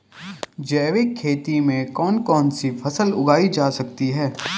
जैविक खेती में कौन कौन सी फसल उगाई जा सकती है?